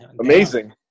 Amazing